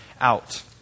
out